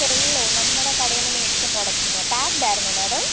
ചെള്ളോ നമ്മുടെ കടയിൽ നിന്ന് മേടിച്ച പ്രൊഡക്ടിന്നോ പാക്കഡ് ആയിരുന്നോ മാഡം